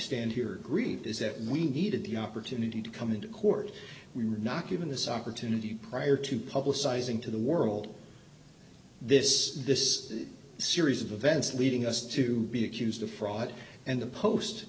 stand here grief is that we needed the opportunity to come into court we were not given this opportunity prior to publicizing to the world this this series of events leading us to be accused of fraud and the post